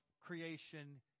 creation